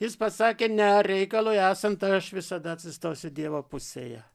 jis pasakė ne reikalui esant aš visada atsistosiu dievo pusėje